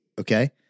Okay